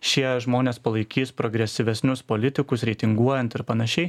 šie žmonės palaikys progresyvesnius politikus reitinguojant ir panašiai